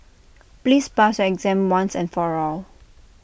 please pass your exam once and for all